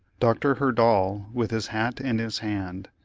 dr. herdal, with his hat in his hand,